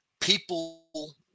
people